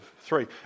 three